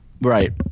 Right